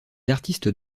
artistes